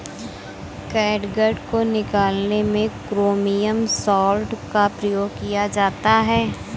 catgut को निकालने में क्रोमियम सॉल्ट का प्रयोग किया जाता है